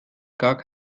gar